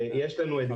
יש לנו אתגר גדול.